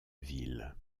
ville